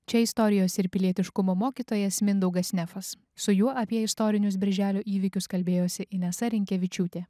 čia istorijos ir pilietiškumo mokytojas mindaugas nefas su juo apie istorinius birželio įvykius kalbėjosi inesa rinkevičiūtė